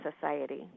society